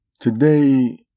today